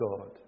God